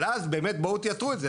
אבל אז באמת בואו תייתרו את זה.